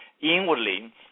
inwardly